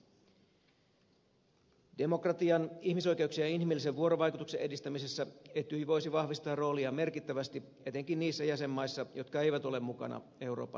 demokratian ihmisoikeuksien ja inhimillisen vuorovaikutuksen edistämisessä etyj voisi vahvistaa rooliaan merkittävästi etenkin niissä jäsenmaissa jotka eivät ole mukana euroopan neuvostossa